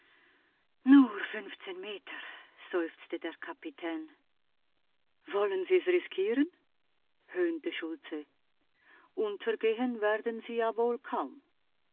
nur fünfzehn meter seufzte der kapitän wollen sie's riskieren höhnte schultze untergehen werden sie ja wohl kaum